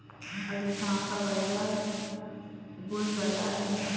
अभी कहाँ का बाजार बुल बाजार में है?